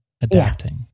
adapting